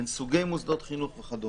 בין סוגי מוסדות חינוך וכו'.